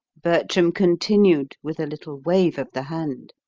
bertram continued, with a little wave of the hand.